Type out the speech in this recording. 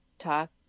talk